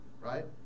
Right